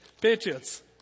Patriots